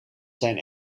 zijn